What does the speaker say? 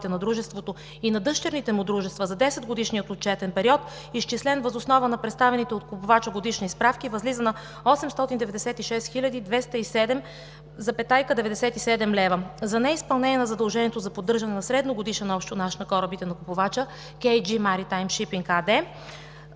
на дружеството и на дъщерните му дружества за 10-годишния отчетен период, изчислен въз основа на представените от купувача годишни справки, възлиза на 896 хил. 207 лв. 97 ст. За неизпълнение на задължението за поддържане на средногодишен общ тонаж на корабите на купувача „Кей Джи